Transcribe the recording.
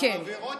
העבירות